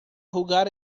jugar